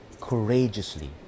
courageously